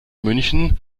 münchen